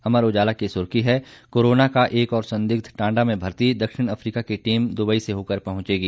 अमर उजाला की सुर्खी है कोरोना का एक और संदिग्ध टांडा में भर्ती दक्षिण अफ्रीका की टीम दुबई से होकर पहुंचेगी